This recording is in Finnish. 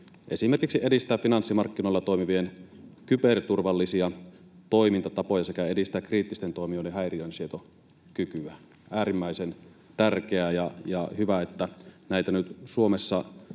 tehtävillä edistää finanssimarkkinoilla toimivien kyberturvallisia toimintatapoja sekä edistää kriittisten toimijoiden häiriönsietokykyä — äärimmäisen tärkeää, ja hyvä, että näitä nyt Suomessa